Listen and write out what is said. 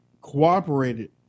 cooperated